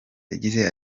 yagize